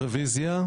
רביזיה.